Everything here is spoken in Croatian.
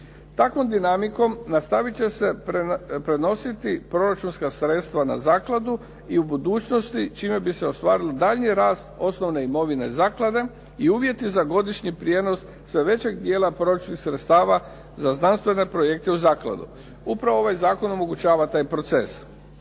Takvom dinamikom nastavit će se prenosit proračunska sredstva na zakladu i u budućnosti čime bi se ostvarila daljnji rast osnovne imovine zaklada i uvjeti za godišnji prijenos sve većeg dijela proračunskih sredstava za znanstvene projekte u zakladu. Upravo ovaj zakon omogućava taj proces.